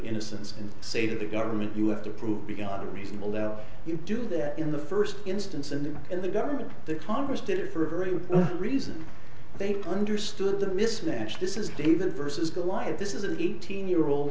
innocence and say to the government you have to prove beyond a reasonable doubt you do that in the first instance and in the government the congress did it for earlier reason they understood the mismatch this is david versus goliath this is an eighteen year old